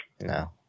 No